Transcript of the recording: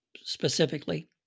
specifically